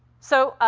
so, ah